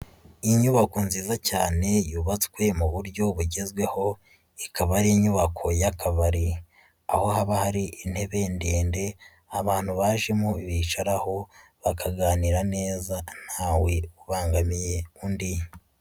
Inyubako nziza cyane yubatswe mu buryo bugezweho, ikaba ari inyubako y'akabari, aho haba hari intebe ndende, abantu bajemo bicaraho bakaganira neza, nta we ubangamiye undi.